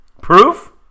Proof